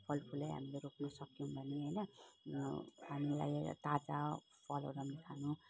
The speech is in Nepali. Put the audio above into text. फलफुलै हामीले रोप्न सक्यौँ भने होइन हामीलाई ताजा फलहरू हामीले खानु